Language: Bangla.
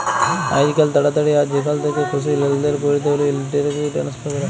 আইজকাল তাড়াতাড়ি আর যেখাল থ্যাকে খুশি লেলদেল ক্যরতে হ্যলে ইলেকটরলিক টেনেসফার ক্যরা হয়